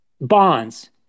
bonds